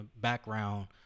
background